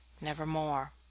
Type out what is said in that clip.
nevermore